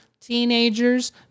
teenagers